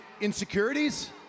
insecurities